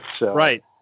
Right